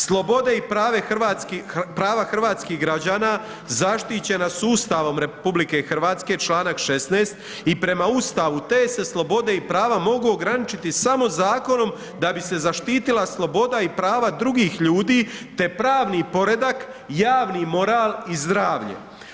Slobode i prava hrvatskih građana zaštićena su Ustavom RH, čl. 16. i prema Ustavu te se slobode i prava mogu ograničiti samo zakonom da bi se zaštitila sloboda i prava drugih ljudi, te pravni poredak, javni moral i zdravlje.